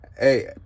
Hey